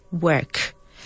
work